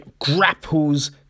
grapples